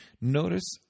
Notice